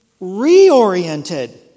reoriented